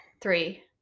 Three